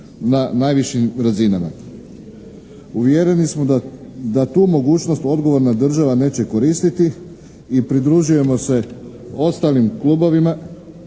na najvišim razinama. Uvjereni smo da tu mogućnost odgovorna država neće koristiti i pridružujemo se ostalim klubovima